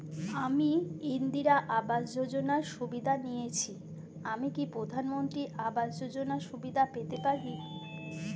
আমি ইন্দিরা আবাস যোজনার সুবিধা নেয়েছি আমি কি প্রধানমন্ত্রী আবাস যোজনা সুবিধা পেতে পারি?